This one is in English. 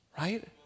right